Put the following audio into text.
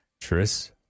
Tris